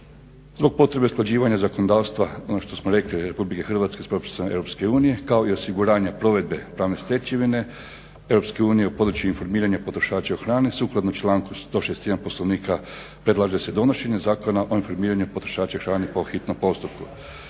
Zbog potrebe usklađivanja zakonodavstva, ono što smo rekli, RH s propisima EU kao i osiguranja provedbe pravne stečevine EU u području informiranja potrošača o hrani sukladno članku 161. Poslovnika predlaže se donošenje Zakona o informiranju potrošača hrane po hitnom postupku.